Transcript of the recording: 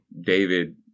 David